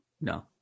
no